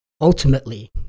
Ultimately